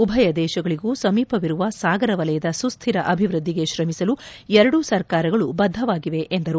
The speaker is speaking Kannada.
ಉಭಯ ದೇಶಗಳಿಗೂ ಸಮೀಪವಿರುವ ಸಾಗರ ವಲಯದ ಸುಸ್ಲಿರ ಅಭಿವ್ಬದ್ದಿಗೆ ಶ್ರಮಿಸಲು ಎರಡೂ ಸರ್ಕಾರಗಳು ಬದ್ದವಾಗಿವೆ ಎಂದರು